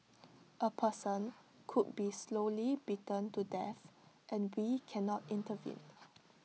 A person could be slowly beaten to death and we cannot intervene